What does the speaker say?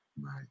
Right